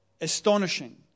Astonishing